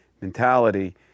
mentality